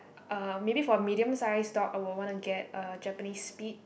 uh maybe for a medium size dog I would want to get a Japanese Spitz